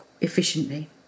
efficiently